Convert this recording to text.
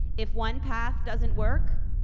if one path doesn't work,